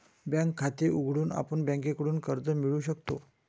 bank खाते उघडून आपण बँकेकडून कर्ज मिळवू शकतो